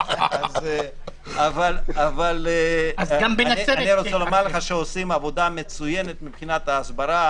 אבל אני רוצה לומר לך שעושים עבודה מצוינת מבחינת ההסברה,